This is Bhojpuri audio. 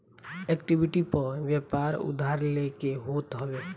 इक्विटी पअ व्यापार उधार लेके होत हवे